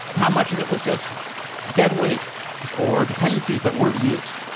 how much of it was just dead weight or dependencies that weren't used?